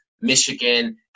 Michigan